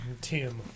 Tim